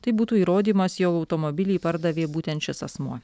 tai būtų įrodymas jog automobilį pardavė būtent šis asmuo